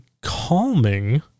calming